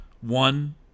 One